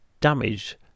damage